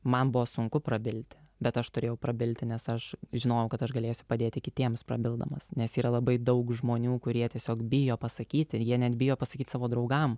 man buvo sunku prabilti bet aš turėjau prabilti nes aš žinojau kad aš galėsiu padėti kitiems prabildamas nes yra labai daug žmonių kurie tiesiog bijo pasakyti ir jie net bijo pasakyti savo draugam